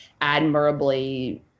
admirably